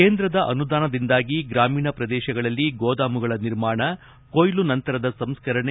ಕೇಂದ್ರದ ಅನುದಾನದಿಂದಾಗಿ ಗ್ರಾಮೀಣ ಪ್ರದೇಶಗಳಲ್ಲಿ ಗೋದಾಮುಗಳ ನಿರ್ಮಾಣ ಕೊಯ್ಲು ನಂತರದ ಸಂಸ್ಕರಣೆ